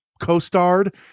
co-starred